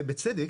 ובצדק,